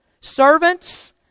Servants